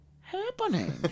happening